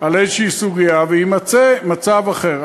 על איזו סוגיה, ויימצא מצב אחר.